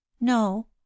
No